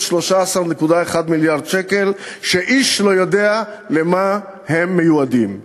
13.1 מיליארד שקל שאיש לא יודע למה הם מיועדים.